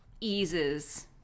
eases